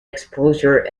exposure